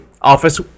office